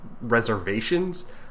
reservations